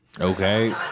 Okay